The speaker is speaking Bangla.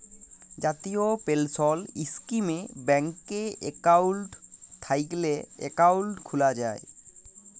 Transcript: জাতীয় পেলসল ইস্কিমে ব্যাংকে একাউল্ট থ্যাইকলে একাউল্ট খ্যুলা যায়